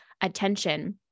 attention